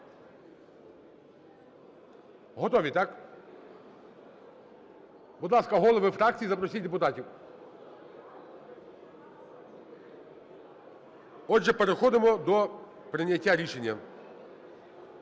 Готові, так? Будь ласка, голови фракцій, запросіть депутатів. Отже, переходимо до прийняття рішення.